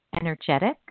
energetic